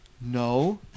No